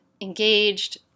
engaged